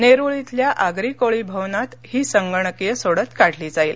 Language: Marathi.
नेरूळ इथल्या आगरी कोळी भवनात ही संगणकीय सोडत काढली जाईल